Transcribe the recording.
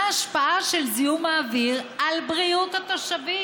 מה ההשפעה של זיהום האוויר על בריאות התושבים.